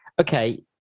okay